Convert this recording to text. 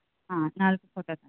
ಹಾಂ ನಾಲ್ಕು ಫೋಟೋ ತನ್ನಿ